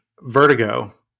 vertigo